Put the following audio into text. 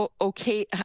Okay